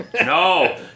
no